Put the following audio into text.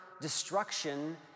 destruction